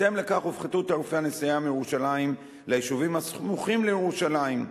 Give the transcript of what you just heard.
בהתאם לכך הופחתו תעריפי הנסיעה מירושלים ליישובים הסמוכים לירושלים,